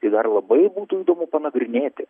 tai dar labai būtų įdomu panagrinėti